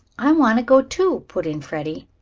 i want to go, too, put in freddie.